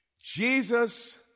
Jesus